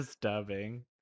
dubbing